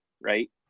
right